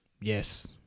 Yes